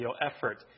effort